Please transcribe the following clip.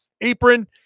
apron